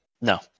No